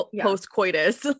post-coitus